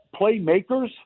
playmakers